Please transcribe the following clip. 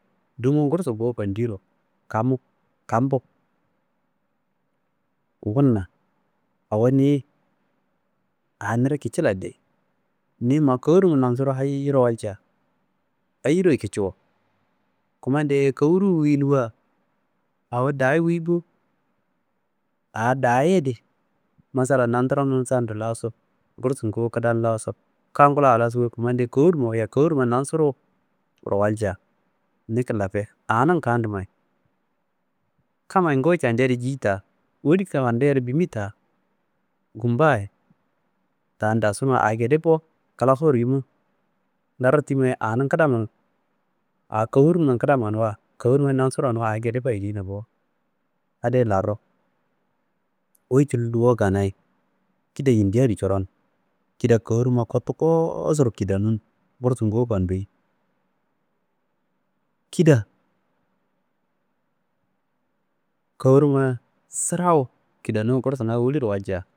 Dumu kursu nguwu fandiro kamu kambu wunna awo niyi a niro kicila de. Niyi ma kornumma nansuru hayiro walcia ayiro kiciwo. Kummandeyi kawuruwu wuyi nuwa awo daaye wuyi bo, a daaye di masalam nanturomnum sando laso, ngursu nguwu kidam laso, kanngu la a laso, Kumandeyi kornumma wuyiya kornumma nansuruwuro walcia ni kilafe anum kandummayi kammayi nguwu candiya ye ji ta woli kafanduya ye bimi ta. Gumbayi tan dasunuwa a gede bo klafuro yumu nddaro timiwayi anum kidamma a kornumma kidamma nuwa a kornummayi nansuruwa nuwa a gede fayideyina boadiyi laro wuyi cullo wukanayi kida yindi adi coron kida kornumma kotu kosuro kidanum kursu nguwu fanduyi. Kida kornuma sirawu kidanum kursunga woliro walciya